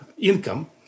income